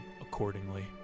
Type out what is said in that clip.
accordingly